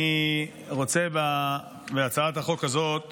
אני רוצה בהצעת החוק הזאת